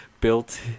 built